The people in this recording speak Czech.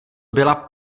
byla